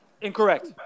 Incorrect